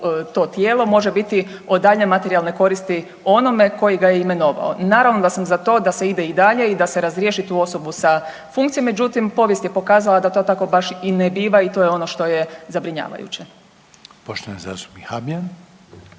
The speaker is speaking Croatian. to tijelo može biti od daljnje materijalne koristi onome koji ga je imenovao. Naravno da sam za to da se ide i dalje i da se razriješi tu osobu sa funkcije, međutim povijest je pokazala da to tako baš i ne biva i to je ono što je zabrinjavajuće. **Reiner, Željko